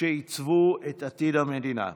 שעיצבו את עתיד המדינה.